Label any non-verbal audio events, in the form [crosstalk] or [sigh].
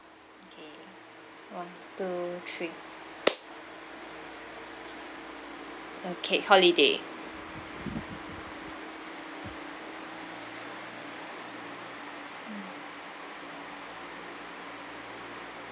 okay one two three [noise] okay holiday